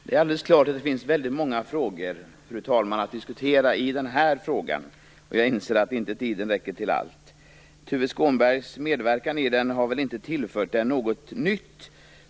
Fru talman! Det är alldeles klart att det finns väldigt många delfrågor att diskutera inom denna fråga. Jag inser att tiden inte räcker till allt. Tuve Skånbergs medverkan i debatten har väl inte tillfört frågan något nytt.